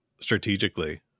strategically